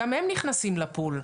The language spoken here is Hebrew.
גם הם נכנסים לפול,